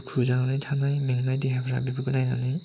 दुखु जानानै थानाय मेंनाय देहाफ्रा बेफोरखौ नायनानै